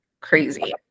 crazy